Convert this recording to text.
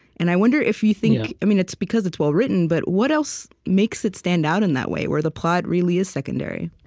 and i wonder if you think i mean it's because it's well written, but what else makes it stand out in that way, where the plot really is secondary?